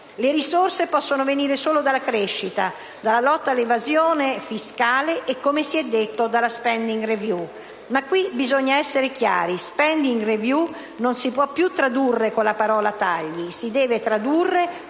Le risorse possono venire solo dalla crescita, dalla lotta all'evasione fiscale e, come si è detto, dalla *spending review*. Qui però bisogna essere chiari: *spending review* non si può più tradurre con la parola «tagli», ma con la parola